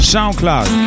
SoundCloud